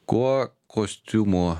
kuo kostiumų